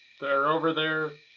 they're over there.